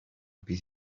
bydd